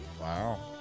wow